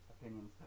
opinions